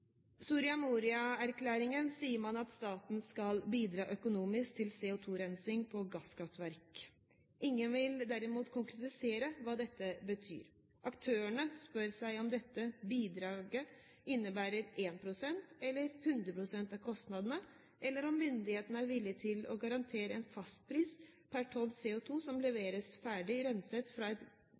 Soria Moria-erklæringen sier man at staten skal bidra økonomisk til CO2-rensing av gasskraftverk. Ingen vil derimot konkretisere hva dette betyr. Aktørene spør seg om dette bidraget innebærer 1 pst. eller 100 pst. av kostnadene, eller om myndighetene er villige til å garantere en fastpris per tonn CO2 som leveres ferdig renset fra et